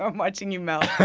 um watching you melt